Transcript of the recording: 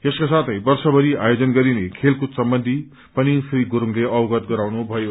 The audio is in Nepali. यसका साथै वर्ष भरि आयोजन गरिने खेलकूद सम्बन्धी पनि श्री गुरूडले अवगत गराउनु भयो